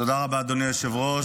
תודה רבה, אדוני היושב-ראש.